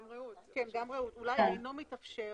נאמר "אינו מתאפשר